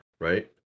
right